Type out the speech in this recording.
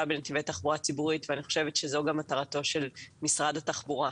בנתיבי תחבורה ציבורית ואני חושבת שזו גם מטרתו של משרד התחבורה.